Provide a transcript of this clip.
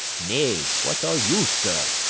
nay, what are you, sir?